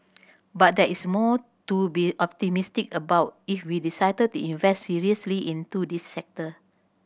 but there is more to be optimistic about if we decide to invest seriously into this sector